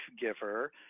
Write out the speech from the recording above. giver